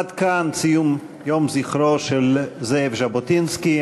עד כאן ציון זכרו של זאב ז'בוטינסקי.